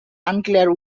unclear